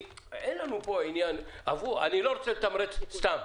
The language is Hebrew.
אני לא רוצה לתמרץ סתם.